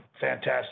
fantastic